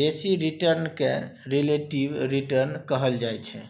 बेसी रिटर्न केँ relative return कहल जाइ छै